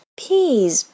peas